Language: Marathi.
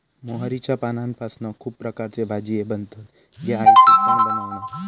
मोहरीच्या पानांपासना खुप प्रकारचे भाजीये बनतत गे आई तु पण बनवना